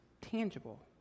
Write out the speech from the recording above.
tangible